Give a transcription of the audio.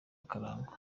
akarango